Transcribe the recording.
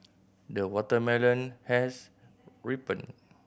the watermelon has ripened